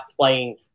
playing –